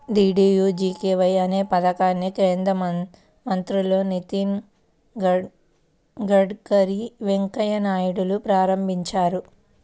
DDUGKY అనే పథకాన్ని కేంద్ర మంత్రులు నితిన్ గడ్కరీ, వెంకయ్య నాయుడులు ప్రారంభించారు